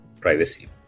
privacy